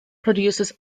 produces